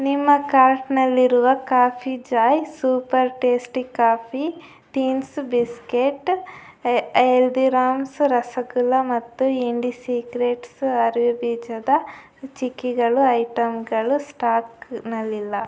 ನಿಮ್ಮ ಕಾರ್ಟ್ನಲ್ಲಿರುವ coffee joy super tasty coffee ತೀನ್ಸ್ ಬಿಸ್ಕೆಟ್ಸ್ ಹಲ್ದೀರಾಮ್ಸ್ ರಸಗುಲ್ಲ ಮತ್ತು ಇಂಡಿ ಸೀಕ್ರೆಟ್ಸ್ ಹರಿವೆ ಬೀಜದ ಚಿಕ್ಕಿಗಳು ಐಟಮ್ಗಳು ಸ್ಟಾಕ್ನಲ್ಲಿಲ್ಲ